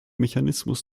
mechanismus